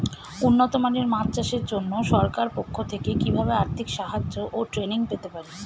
উন্নত মানের মাছ চাষের জন্য সরকার পক্ষ থেকে কিভাবে আর্থিক সাহায্য ও ট্রেনিং পেতে পারি?